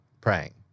praying